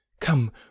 Come